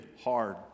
hard